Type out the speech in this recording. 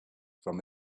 from